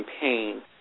campaign